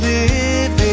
Living